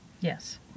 Yes